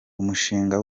umushinga